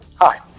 Hi